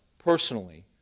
personally